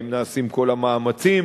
האם נעשים כל המאמצים